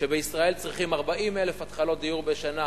כשבישראל צריכים 40,000 התחלות דיור בשנה,